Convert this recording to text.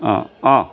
অঁ অঁ